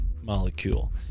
molecule